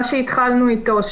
מה שהתחלנו איתו,